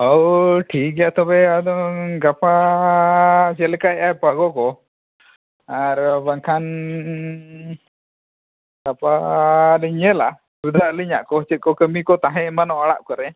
ᱦᱳᱭ ᱴᱷᱤᱠ ᱜᱮᱭᱟ ᱛᱚᱵᱮ ᱟᱫᱚ ᱜᱟᱯᱟ ᱪᱮᱫ ᱞᱮᱠᱟᱭᱮᱫ ᱟᱭ ᱜᱚᱜᱚ ᱟᱨ ᱵᱟᱝᱠᱷᱟᱱ ᱜᱟᱯᱟ ᱞᱤᱧ ᱧᱮᱞᱼᱟ ᱡᱩᱫᱤ ᱟᱹᱞᱤᱧᱟᱜ ᱠᱚ ᱪᱮᱫ ᱠᱚ ᱠᱟᱹᱢᱤ ᱛᱟᱦᱮᱸ ᱮᱢᱟᱱᱚᱜᱼᱟ ᱚᱲᱟᱜ ᱠᱚᱨᱮ